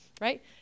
right